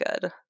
good